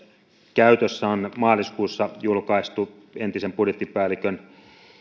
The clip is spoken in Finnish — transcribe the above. käytössä on maaliskuussa julkaistu entisen budjettipäällikön